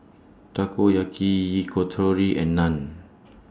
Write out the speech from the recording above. Takoyaki Yakitori and Naan